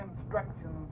instructions